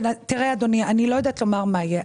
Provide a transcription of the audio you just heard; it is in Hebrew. תראה, אדוני, אני לא יודעת לומר מה יהיה.